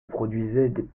produisait